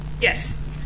yes